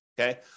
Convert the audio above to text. okay